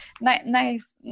nice